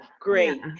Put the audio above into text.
Great